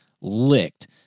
licked